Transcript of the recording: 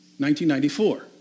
1994